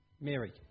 Mary